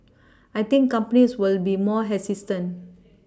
I think companies will be more hesitant